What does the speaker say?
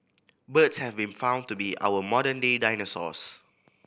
birds have been found to be our modern day dinosaurs